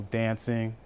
dancing